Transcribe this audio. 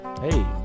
hey